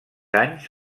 anys